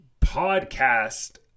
podcast